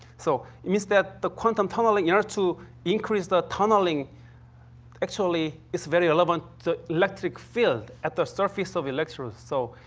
so, it means that, the quantum tunneling, in order to increase the tunneling actually is very relevant to electric field at the surface of electrons, so,